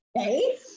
okay